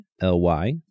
L-Y